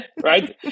right